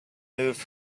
moved